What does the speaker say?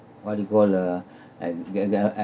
what you call uh and where the